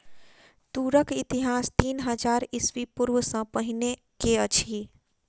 तूरक इतिहास तीन हजार ईस्वी पूर्व सॅ पहिने के अछि